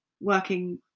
working